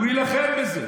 הוא יילחם בזה,